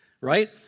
right